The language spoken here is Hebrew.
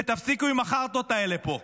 ותפסיקו עם החארטות האלה פה.